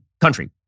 country